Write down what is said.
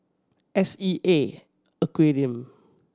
S E A Aquarium